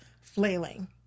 flailing